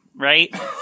right